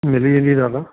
मिली वेंदी दादा